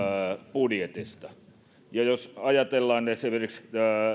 budjetista jos ajatellaan esimerkiksi että